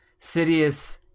Sidious